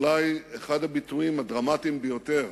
ואולי אחד הביטויים הדרמטיים ביותר